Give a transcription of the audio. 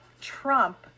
Trump